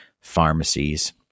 pharmacies